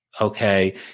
okay